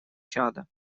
чада